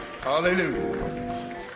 Hallelujah